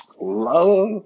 love